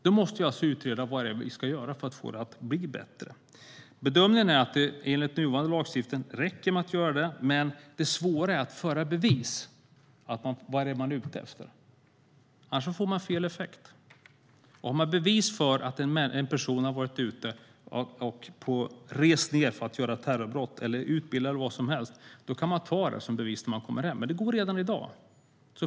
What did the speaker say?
Då måste vi alltså utreda vad vi ska göra för att få det att bli bättre. Nuvarande lagstiftning är tillräcklig, men det svåra är att bevisa vad man är ute efter. Annars blir det fel effekt. Om man har bevis för att en person har rest utomlands för att begå terrorbrott eller utbildas, kan man använda det som bevis när personen kommer hem. Men det går redan i dag.